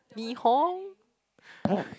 nihon